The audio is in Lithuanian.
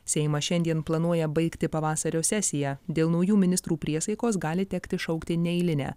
seimas šiandien planuoja baigti pavasario sesiją dėl naujų ministrų priesaikos gali tekti šaukti neeilinę